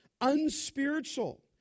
unspiritual